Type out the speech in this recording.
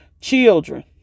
children